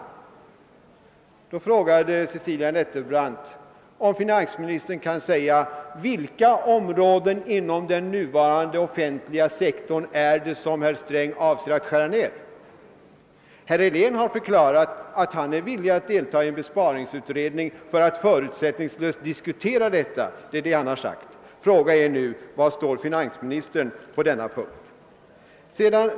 Cecilia Nettelbrandt frågade om finansministern kan säga på vilka områden av den nuvarande offentliga sektorn han avser att göra nedskärningar. Herr Helén har förklarat, att han är villig att delta i en besparingsutredning för att förutsättningslöst diskutera detta, och frågan är nu var finansministern står på denna punkt.